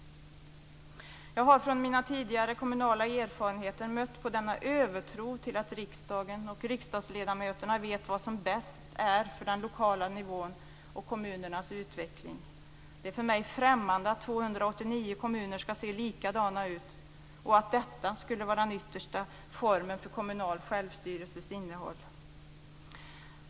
Jag har i mina tidigare kommunala erfarenheter mött denna övertro på att riksdagen och riksdagsledamöterna vet vad som är bäst för den lokala nivån och för kommunernas utveckling. Det är för mig främmande att 289 kommuner skall se likadana ut och att detta skulle vara den yttersta formen för den kommunala självstyrelsens innehåll.